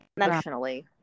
emotionally